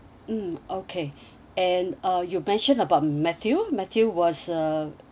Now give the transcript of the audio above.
mm okay and uh you mentioned about matthew matthew was uh